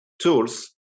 tools